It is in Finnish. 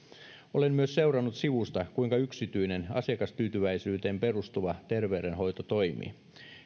olen myös seurannut sivusta kuinka yksityinen asiakastyytyväisyyteen perustuva terveydenhoito toimii